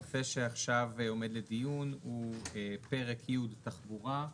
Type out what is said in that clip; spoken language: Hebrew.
הנושא שעכשיו עומד לדיון הוא פרק י' תחבורה.